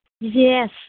Yes